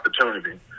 opportunity